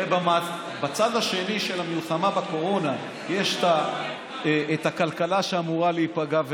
הרי בצד השני של המלחמה בקורונה יש את הכלכלה שאמורה להיפגע,